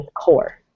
core